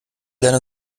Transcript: deine